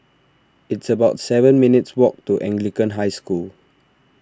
it's about seven minutes' walk to Anglican High School